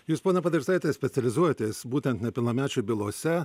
jūs pone padrecaite specializuojatės būtent nepilnamečių bylose